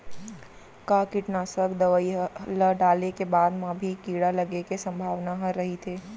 का कीटनाशक दवई ल डाले के बाद म भी कीड़ा लगे के संभावना ह रइथे?